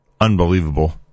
unbelievable